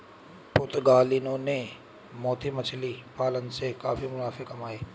पुर्तगालियों ने मोती मछली पालन से काफी मुनाफे कमाए